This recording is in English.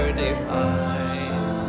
divine